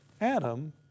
Adam